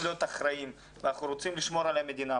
להיות אחראיים ואנחנו רוצים לשמור על המדינה.